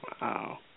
Wow